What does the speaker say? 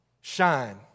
Shine